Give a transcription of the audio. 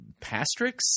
Pastrix